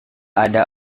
ada